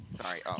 sorry